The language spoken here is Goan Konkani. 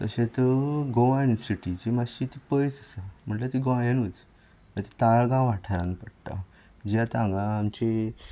तशेंत गोवा युनिवर्ससिटी ती मातशी पयस आसा म्हटल्यार ती गोंयानच ताळगांव वाठारान पडटा जे आतां हांगा आमची